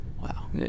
Wow